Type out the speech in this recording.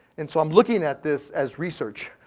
and so i'm looking at this as research,